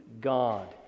God